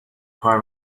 کار